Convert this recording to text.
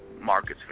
markets